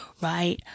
right